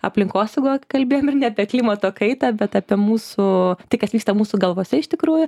aplinkosaugą kalbėjom ir ne apie klimato kaitą bet apie mūsų tai kas vyksta mūsų galvose iš tikrųjų